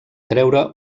treure